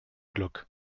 glück